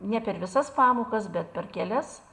ne per visas pamokas bet per kelias